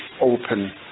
open